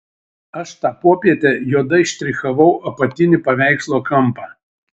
aš tą popietę juodai štrichavau apatinį paveikslo kampą